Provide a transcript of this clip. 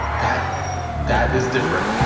that that is different.